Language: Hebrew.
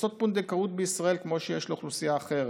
לעשות פונדקאות בישראל, כמו שיש לאוכלוסייה אחרת,